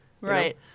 Right